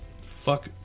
fuck